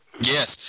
Yes